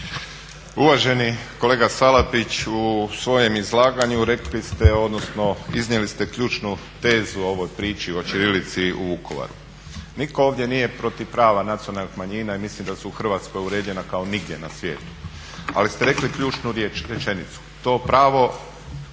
Uvaženi kolega Salapić, u svojem izlaganju rekli ste odnosno iznijeli ste ključnu tezu o ovoj priči o ćirilici u Vukovaru. Nitko ovdje nije protiv prava nacionalnih manjina i mislim da su u Hrvatskoj uređena kao nigdje na svijetu. Ali ste rekli ključnu rečenicu to pravo